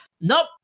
Nope